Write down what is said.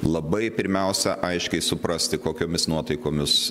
labai pirmiausia aiškiai suprasti kokiomis nuotaikomis